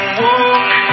walk